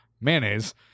mayonnaise